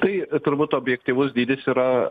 tai turbūt objektyvus dydis yra